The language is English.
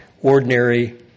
Ordinary